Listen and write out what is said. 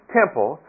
temple